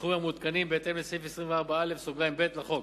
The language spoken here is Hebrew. בסכומים המעודכנים בהתאם לסעיף 24א(ב) לחוק.